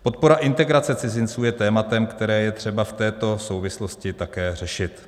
Podpora integrace cizinců je tématem, které je třeba v této souvislosti také řešit.